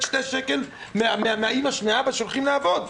שני שקלים מהאימא ומהאבא שהולכים לעבוד,